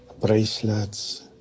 bracelets